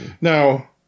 Now